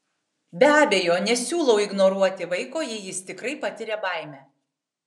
be abejo nesiūlau ignoruoti vaiko jei jis tikrai patiria baimę